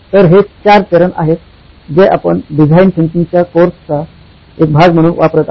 तर हे चार चरण आहेत जे आपण डिझाईन थिंकिंगच्या कोर्सचा एक भाग म्हणून वापरत आहात